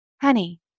Honey